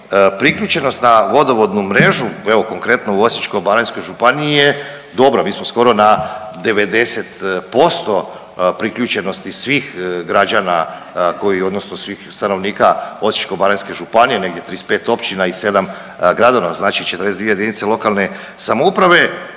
Priključenost na vodovodnu mrežu, evo konkretno u Osječko-baranjskoj županiji je dobra, mi smo skoro na 90% priključenosti svih građana koji odnosno svih stanovnika Osječko-baranjske županije negdje 35 općina i sedam gradova, znači 42 jedinice lokalne samouprave.